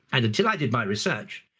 and until i did my research,